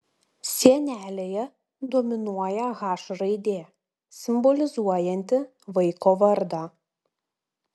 sienelėje dominuoja h raidė simbolizuojanti vaiko vardą